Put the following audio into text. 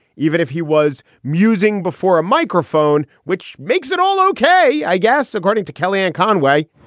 even if he was musing before a microphone, which makes it all okay, i guess, according to kellyanne conway,